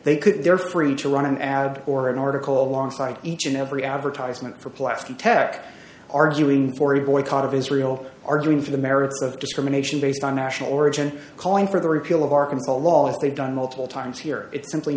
they could they're free to run an ad or an article longside each and every advertisement for plastic tech arguing for a boycott of israel arguing for the merits of discrimination based on national origin calling for the repeal of arkansas laws they've done multiple times here it's simply